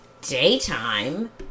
daytime